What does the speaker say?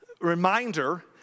reminder